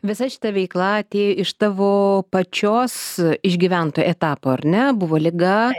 visa šita veikla atėjo iš tavo pačios išgyvento etapo ar ne buvo liga